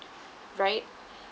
right